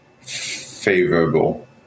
favorable